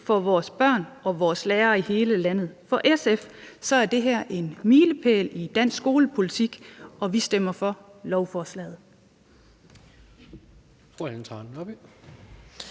for vores børn og vores lærere i hele landet. For SF er det her en milepæl i dansk skolepolitik, og vi stemmer for lovforslaget.